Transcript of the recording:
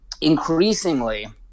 increasingly